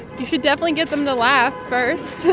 you should definitely get them to laugh first.